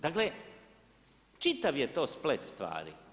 Dakle, čitav je to splet stvari.